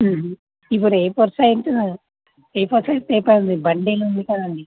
ఇప్పుడు A four size A four size papers బండీలు ఉంది కదా అండి